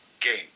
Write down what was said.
game